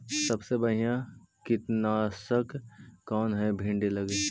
सबसे बढ़िया कित्नासक कौन है भिन्डी लगी?